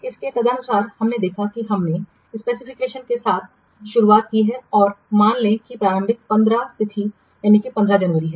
इसलिए तदनुसार हमने देखा है कि हमने स्पेसिफिकेशन के साथ शुरुआत की है और मान लें कि प्रारंभिक तिथि 15 जनवरी है